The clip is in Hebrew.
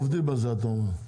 עובדים על זה, אתה אומר.